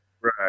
Right